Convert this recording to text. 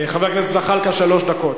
חבר הכנסת זחאלקה, שלוש דקות.